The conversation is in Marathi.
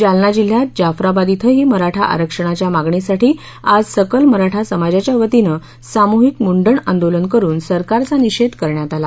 जालना जिल्ह्यात जाफराबाद क्रें ही मराठा आरक्षणाच्या मागणीसाठी आज सकल मराठा समाजाच्यावतीन सामूहिक मुंडण आंदोलन करुन सरकारचा निषेध करण्यात आला